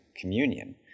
communion